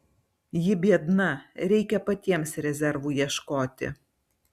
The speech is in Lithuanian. ji biedna reikia patiems rezervų ieškoti